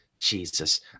Jesus